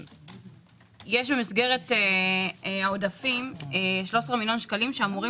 יש במסגרת העודפים 13 מיליון שקלים שאמורים